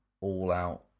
all-out